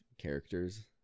characters